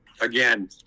Again